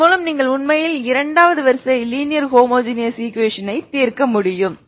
இதன்மூலம் நீங்கள் உண்மையில் இரண்டாவது வரிசை லீனியர் ஹோமோஜெனியஸ் ஈக்வேஷன் ஐ தீர்க்க முடியும்